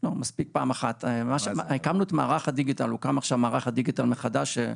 מערך הדיגיטל מחדש,